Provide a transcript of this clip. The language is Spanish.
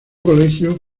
colegio